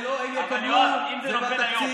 הם יקבלו, זה בתקציב.